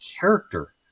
character